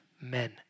Men